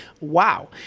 Wow